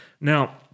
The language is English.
Now